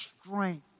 strength